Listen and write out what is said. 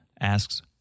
asks